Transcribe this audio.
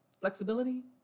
flexibility